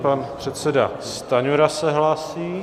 Pan předseda Stanjura se hlásí.